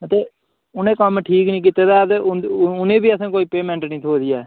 अते उ'नें एह् कम्म ठीक निं कीते दा ऐ ते उं'दे उनें ई बी असें कोई पेमैंट निं थ्होई दी ऐ